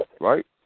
right